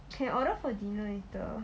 can order for dinner later